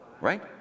right